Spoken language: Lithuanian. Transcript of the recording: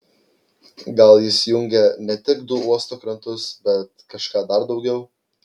gal jis jungė ne tik du uosto krantus bet kažką dar daugiau